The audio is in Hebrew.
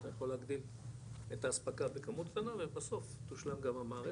אתה יכול להגדיל את האספקה בכמות קטנה ובסוף תושלם גם המערכת,